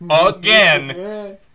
again